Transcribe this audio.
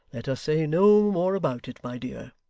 let us say no more about it, my dear